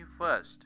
first